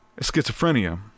schizophrenia